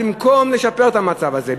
אז במקום לשפר את המצב הזה,